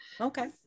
okay